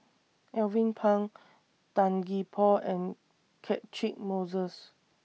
Alvin Pang Tan Gee Paw and Catchick Moses